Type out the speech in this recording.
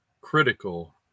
critical